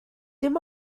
dim